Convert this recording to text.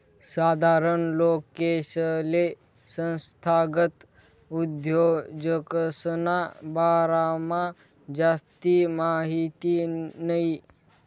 साधारण लोकेसले संस्थागत उद्योजकसना बारामा जास्ती माहिती नयी